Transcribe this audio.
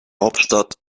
hauptstadt